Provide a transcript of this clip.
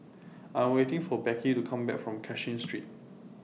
I Am waiting For Becky to Come Back from Cashin Street